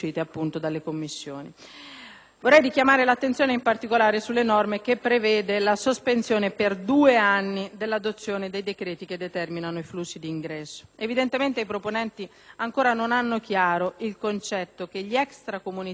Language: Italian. Vorrei richiamare l'attenzione, in particolare, sulla norma che prevede la sospensione per due anni dell'adozione dei decreti che determinano i flussi di ingresso. Evidentemente i proponenti ancora non hanno chiaro il concetto che gli extracomunitari non clandestini